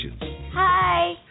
Hi